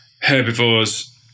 herbivores